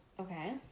Okay